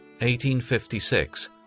1856